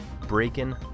breaking